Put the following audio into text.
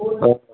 ओह